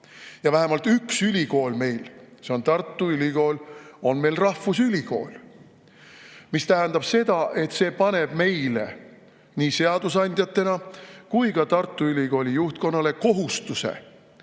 Ja vähemalt üks ülikool, see on Tartu Ülikool, on meil rahvusülikool, mis tähendab seda, et see paneb nii meile seadusandjatena kui ka Tartu Ülikooli juhtkonnale kohustuse